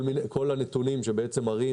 כל הנתונים שמראים